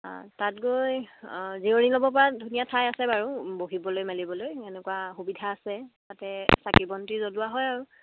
অঁ তাত গৈ জিৰণি ল'ব পৰা ধুনীয়া ঠাই আছে বাৰু বহিবলৈ মেলিবলৈ এনেকুৱা সুবিধা আছে তাতে চাকি বন্তি জ্বলোৱা হয় আৰু